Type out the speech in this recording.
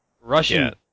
Russian